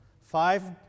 five